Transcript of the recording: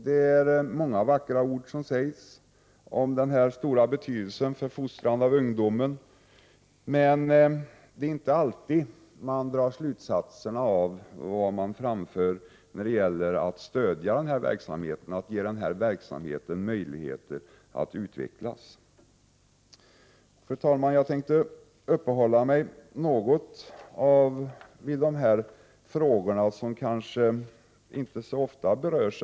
Det är många vackra ord som sägs om den stora betydelsen för fostran av ungdomen, men man drar inte alltid en slutsats av vad man framför när det gäller att stödja denna verksamhet och ge den möjligheter att utvecklas. Fru talman! Jag tänkte uppehålla mig något vid frågor som kanske inte så ofta berörs.